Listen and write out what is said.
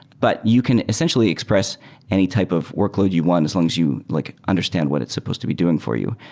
but you can essentially express any type of workload you want as long as you like understand what it's supposed to be doing for you.